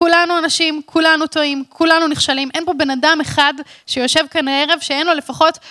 כולנו אנשים, כולנו טועים, כולנו נכשלים, אין פה בן אדם אחד שיושב כאן הערב שאין לו לפחות